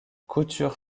couture